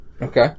Okay